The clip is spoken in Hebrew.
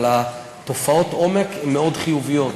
אבל תופעות העומק הן מאוד חיוביות.